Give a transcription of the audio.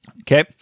Okay